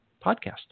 Podcast